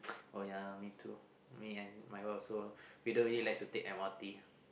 uh ya me too me and my wife also we don't really like to take M_R_T